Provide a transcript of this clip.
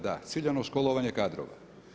Da, ciljano školovanje kadrova.